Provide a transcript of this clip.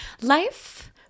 Life